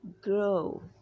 grow